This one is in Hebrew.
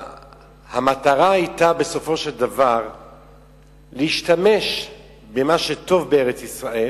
והמטרה היתה בסופו של דבר להשתמש במה שטוב בארץ-ישראל